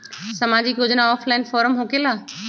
समाजिक योजना offline form होकेला?